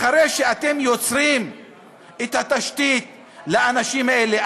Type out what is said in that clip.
אחרי שאתם יוצרים את התשתית לאנשים האלה,